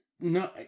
No